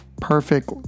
perfect